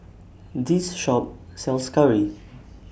This Shop sells Curry